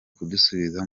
kudusubiza